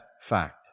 fact